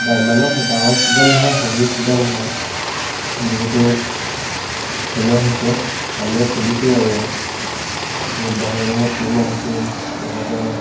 ইমানো ডাঙৰ ষ্টেডিয়াম নহয় সৰু ষ্টেডিয়ামখন বহুতো খেলো হৈছে আমিও খেলিছোঁ বাৰু ইয়াত বহুত বাহিৰৰ বাহিৰৰ টীম আহিছিল লগতে